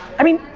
i mean,